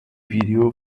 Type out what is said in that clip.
video